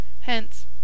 hence